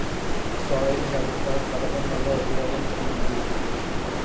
Soil health card పథకం వల్ల ఉపయోగం ఏంటి?